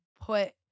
put